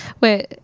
Wait